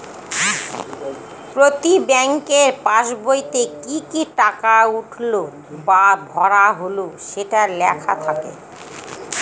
প্রতি ব্যাঙ্কের পাসবইতে কি কি টাকা উঠলো বা ভরা হল সেটা লেখা থাকে